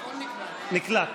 נקלט.